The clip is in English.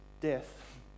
death